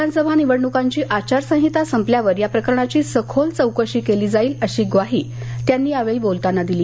विधानसभा निवडणुकांची आचारसंहिता संपल्यावर या प्रकरणाची सखोल चौकशी केली जाईल अशी ग्वाही त्यांनी यावेळी वोलताना दिली